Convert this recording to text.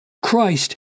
Christ